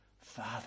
Father